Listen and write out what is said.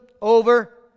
over